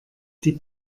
die